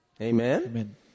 Amen